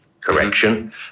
correction